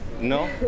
No